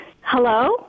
Hello